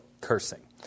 Cursing